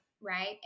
right